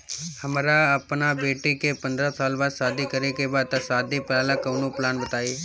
हमरा अपना बेटी के पंद्रह साल बाद शादी करे के बा त शादी वाला कऊनो प्लान बताई?